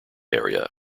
area